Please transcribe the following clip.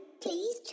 please